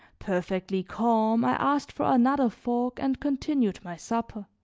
perfectly calm, i asked for another fork and continued my supper.